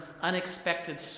unexpected